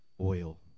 oil